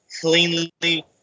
cleanly